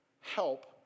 help